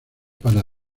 para